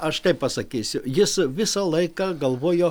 aš taip pasakysiu jis visą laiką galvojo